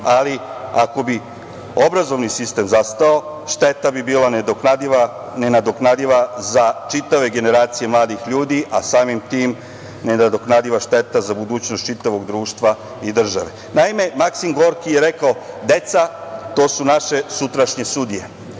ali ako bi obrazovni sistem zastao, šteta bi bila nenadoknadiva za čitave generacije mladih ljudi, a samim tim nenadoknadiva šteta za budućnost čitavog društva i države. Naime, Maksim Gorki je rekao – deca to su naše sutrašnje sudije.